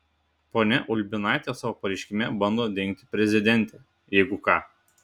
ponia ulbinaitė savo pareiškime bando dengti prezidentę jeigu ką